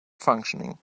functioning